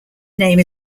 name